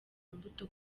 imbuto